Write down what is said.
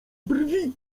brwi